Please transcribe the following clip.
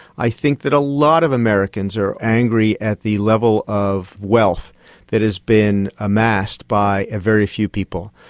i think that a lot of americans are angry at the level of wealth that has been amassed by a very few people.